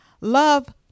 love